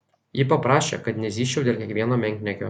ji paprašė kad nezyzčiau dėl kiekvieno menkniekio